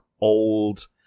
old